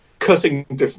Cutting